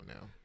now